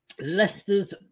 Leicester's